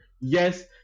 Yes